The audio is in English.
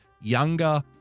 younger